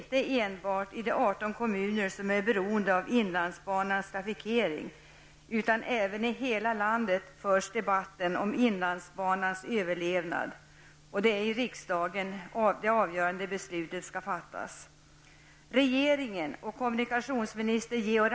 Inte enbart i de 18 kommuner som är beroende av inlandsbanans trafikering, utan i hela landet, förs debatten om inlandsbanans överlevnad. Och det är i riksdagen det avgörande beslutet skall fattas.